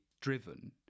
driven